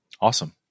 Awesome